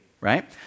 Right